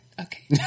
Okay